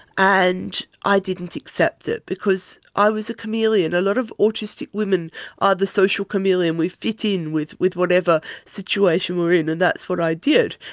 and i didn't accept it because i was a chameleon. a lot of autistic women are the social chameleon, we fit in with with whatever situation we're in, and that's what i did.